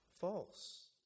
False